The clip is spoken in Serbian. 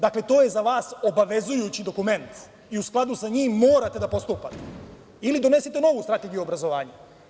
Dakle, to je za vas obavezujući dokument i u skladu sa njim morate da postupate ili donesite novu strategiju obrazovanja.